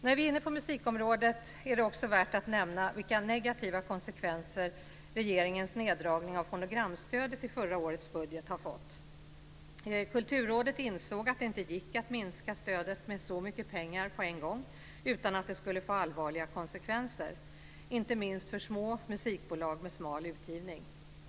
När vi är inne på musikområdet är det också värt att nämna vilka negativa konsekvenser regeringens neddragning av fonogramstödet i förra årets budget har fått. Kulturrådet insåg att det inte gick att minska stödet med så mycket pengar på en gång utan att det skulle få allvarliga konsekvenser, inte minst för små musikbolag med smal utgivning.